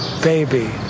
baby